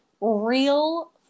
real